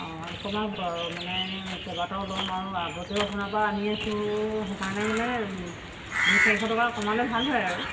অঁ কমাব আৰু মানে কেইবাটাও ল'ম আৰু আগতেও আপোনাৰ পৰা আনি আছোঁ সেইকাৰণে মানে দুই চাৰিশ টকা কমালে ভাল হয় আৰু